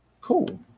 Cool